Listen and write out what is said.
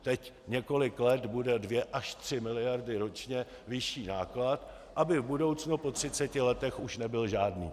Teď několik let bude dvě až tři miliardy ročně vyšší náklad, aby v budoucnu, po 30 letech, už nebyl žádný.